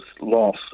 loss